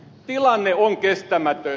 tilanne on kestämätön